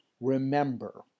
Remember